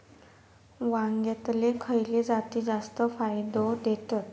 वांग्यातले खयले जाती जास्त फायदो देतत?